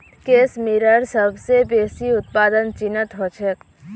case मेयरेर सबस बेसी उत्पादन चीनत ह छेक